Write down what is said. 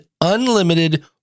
unlimited